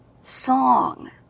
song